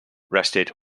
rested